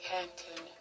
Canton